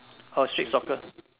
orh street soccer